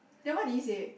then what did he say